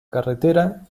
carretera